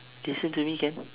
listen to me can